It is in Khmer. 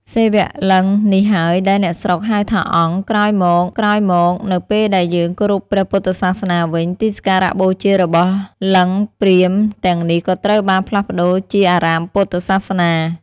សិវលិង្គ នេះហើយដែលអ្នកស្រុកហៅថា "អង្គ" ក្រោយមកៗ នៅពេលដែលយើងគោរពព្រះពុទ្ធសាសនាវិញ ទីសក្ការៈបូជារបស់លទ្ធិព្រាហ្មណ៍ទាំងនេះក៏ត្រូវបានផ្លាស់ប្ដូរជាអារាមពុទ្ធសាសនា។